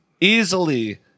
easily